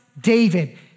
David